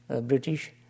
British